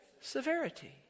severity